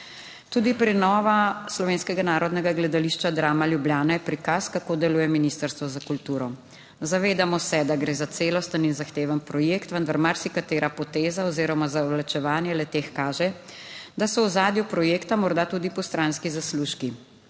Tudi prenova Slovenskega narodnega gledališča Drama Ljubljana je prikaz, kako deluje ministrstvo za kulturo. Zavedamo se, da gre za celosten in zahteven projekt, vendar marsikatera poteza oziroma zavlačevanje le teh kaže, da so v ozadju projekta morda tudi postranski zaslužki.